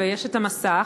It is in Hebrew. ויש המסך,